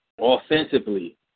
offensively